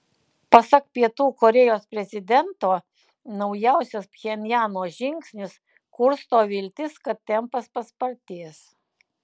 pasak pietų korėjos prezidento naujausias pchenjano žingsnis kursto viltis kad tempas paspartės